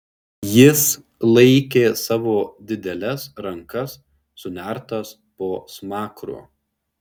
jis laikė savo dideles rankas sunertas po smakru